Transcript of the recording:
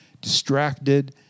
Distracted